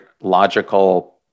logical